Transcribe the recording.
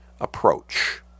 approach